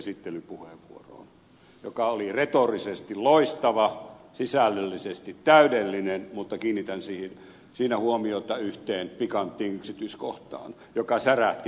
sasin esittelypuheenvuoroon joka oli retorisesti loistava sisällöllisesti täydellinen mutta kiinnitän siinä huomiota yhteen pikanttiin yksityiskohtaan joka särähti pahasti